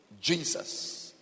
Jesus